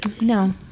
No